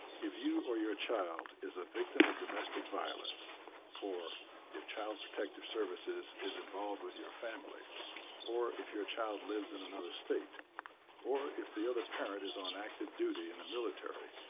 if you or your child is a victim of domestic violence or if child protective services is involved with your family or if your child lives in another state or the other parent is on active duty in the military,